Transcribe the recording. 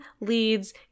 leads